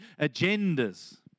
agendas